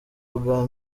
ubwa